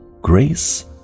grace